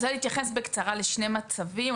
אז אני אתייחס בקצרה לשני מצבים,